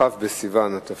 כ' בסיוון התש"ע,